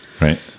Right